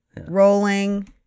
Rolling